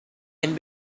and